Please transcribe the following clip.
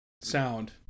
sound